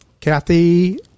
Kathy